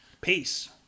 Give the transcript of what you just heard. Peace